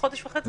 חודש וחצי?